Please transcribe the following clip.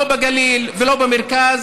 לא בגליל ולא במרכז,